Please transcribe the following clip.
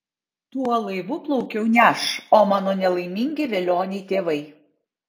tuo laivu plaukiau ne aš o mano nelaimingi velioniai tėvai